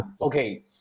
Okay